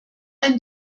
ein